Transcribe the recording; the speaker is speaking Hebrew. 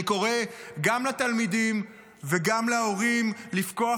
אני קורא גם לתלמידים וגם להורים לפקוח